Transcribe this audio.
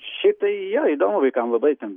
šiaip tai jo įdomu vaikam labai ten